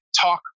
talk